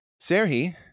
Serhi